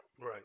Right